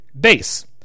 base